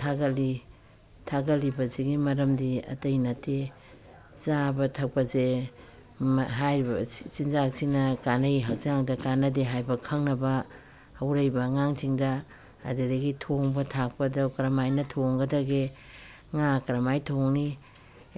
ꯊꯥꯒꯠꯂꯤ ꯊꯥꯒꯠꯂꯤꯕꯁꯤꯒꯤ ꯃꯔꯝꯗꯤ ꯑꯇꯩ ꯅꯠꯇꯦ ꯆꯥꯕ ꯊꯛꯄꯁꯦ ꯍꯥꯏꯔꯤꯕ ꯆꯤꯟꯖꯥꯛꯁꯤꯅ ꯀꯥꯟꯅꯩ ꯍꯛꯆꯥꯡꯗ ꯀꯥꯟꯅꯗꯦ ꯍꯥꯏꯕ ꯈꯪꯅꯕ ꯍꯧꯔꯛꯏꯕ ꯑꯉꯥꯡꯁꯤꯡꯗ ꯑꯗꯨꯗꯒꯤ ꯊꯣꯡꯕ ꯊꯥꯛꯄꯗ ꯀꯔꯝꯃꯥꯏꯅ ꯊꯣꯡꯒꯗꯒꯦ ꯉꯥ ꯀꯔꯝꯃꯥꯏꯅ ꯊꯣꯡꯅꯤ